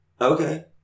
Okay